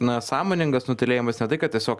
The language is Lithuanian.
na sąmoningas nutylėjimas ne tai kad tiesiog